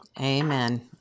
Amen